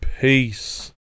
Peace